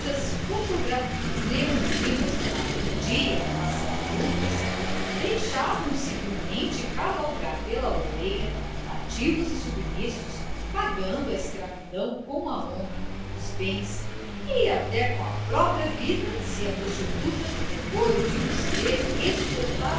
fotografias léonie lhe mostrara no dia que passaram juntas deixavam se vilmente cavalgar pela loureira cativos e submissos pagando a escravidão com a honra os bens e até com a própria vida se a prostituta depois de os ter